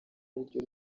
ariryo